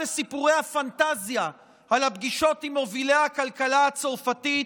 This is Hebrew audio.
לסיפורי הפנטזיה על הפגישות עם מובילי הכלכלה הצרפתית,